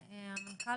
המנכ"ל.